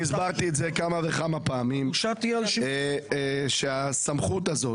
הסברתי כמה וכמה פעמים שהסמכות הזאת